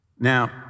Now